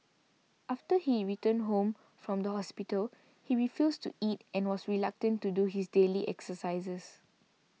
after he returned home from the hospital he refused to eat and was reluctant to do his daily exercises